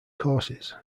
courses